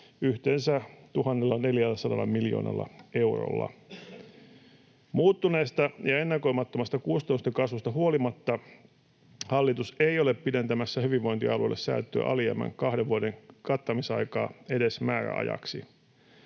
yhteensä 1 400 miljoonalla eurolla. Muuttuneesta ja ennakoimattomasta kustannusten kasvusta huolimatta hallitus ei ole pidentämässä hyvinvointialueille säädettyä alijäämän kahden vuoden kattamisaikaa edes määräajaksi.